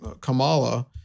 Kamala